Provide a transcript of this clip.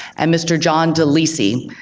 and mr. john delisi,